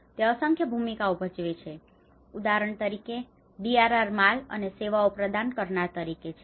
તેથી તે અસંખ્ય ભૂમિકાઓ ભજવે છે ઉદાહરણ તરીકે DRR માલ અને સેવાઓ પ્રદાન કરનાર તરીકે છે